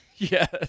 Yes